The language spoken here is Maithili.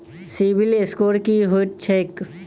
सिबिल स्कोर की होइत छैक?